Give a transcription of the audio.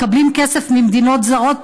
מקבלים כסף ממדינות זרות,